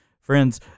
Friends